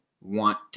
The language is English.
want